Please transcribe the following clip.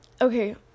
Okay